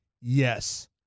Yes